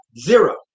zero